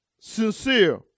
sincere